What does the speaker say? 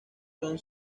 son